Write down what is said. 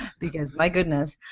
because my goodness.